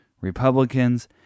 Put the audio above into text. Republicans